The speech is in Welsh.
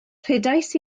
rhedais